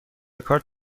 کارت